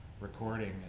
recording